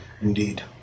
Indeed